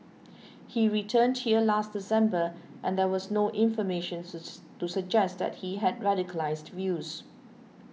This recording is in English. he returned here last December and there was no information to suggest that he had radicalised views